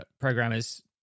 programmers